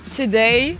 today